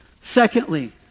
Secondly